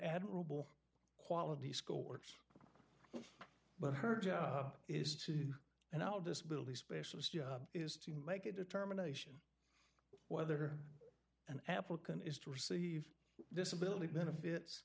admirable quality scores but her job is to and all disability specialists job is to make a determination whether an applicant is to receive disability benefits